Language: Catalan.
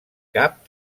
cap